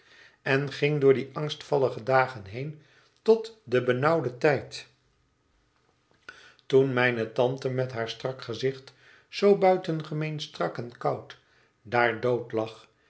en ging door die angstvallige dagen heen tot den benauwden tijd toen mijne tante met haar strak gezicht zoo buitengemeen strak en koud daar dood lag